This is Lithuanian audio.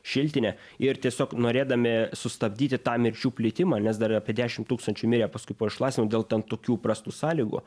šiltinė ir tiesiog norėdami sustabdyti tą mirčių plitimą nes dar apie dešim tūkstančių mirė paskui po išlaisvinimo dėl ten tokių prastų sąlygų